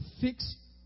fix